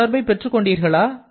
இந்த தொடர்பை பெற்றுக் கொண்டீர்களா